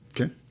Okay